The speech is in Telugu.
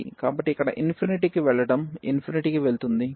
కాబట్టి ఇక్కడ ∞ కి వెళ్లడం ∞కి వెళ్తుంది